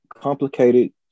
complicated